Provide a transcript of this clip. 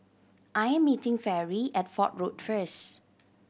I'm meeting Fairy at Fort Road first